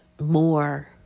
more